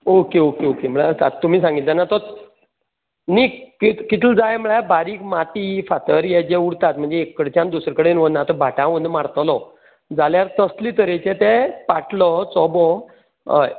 okay okay okay म्हळ्यार आतां तुमी सांगिल्लें तेन्ना तोत न्ही कित कितलो जाय म्हणळ्यार बारीक माती फातर हे जे उरतात म्हणजे एक कडच्यान दुसरे कडेन व्हरून आतां भाटांत व्हरून मारतलो जाल्यार तसले तरेचे ते पाटलो चोबो हय